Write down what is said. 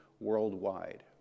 worldwide